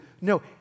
No